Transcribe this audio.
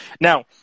Now